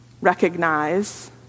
recognize